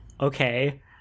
Okay